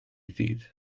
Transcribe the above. ddydd